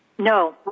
No